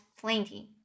plenty